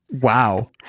Wow